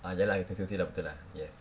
ah ya lah institusi lah betul lah yes